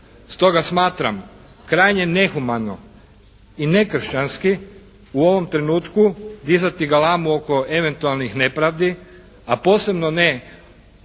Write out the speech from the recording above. Stoga smatram krajnje nehumano i nekršćanski u ovom trenutku dizati galamu oko eventualnih nepravdi, a posebno ne